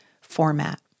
format